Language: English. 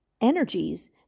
energies